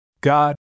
God